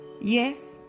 yes